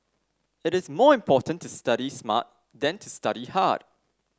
it is more important to study smart than to study hard